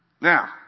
Now